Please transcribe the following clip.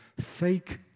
fake